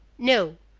no!